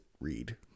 read